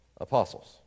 apostles